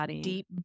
deep